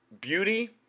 beauty